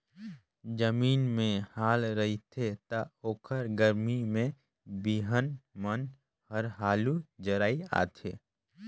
जमीन में हाल रहिथे त ओखर गरमी में बिहन मन हर हालू जरई आथे